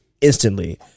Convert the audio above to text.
instantly